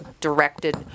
directed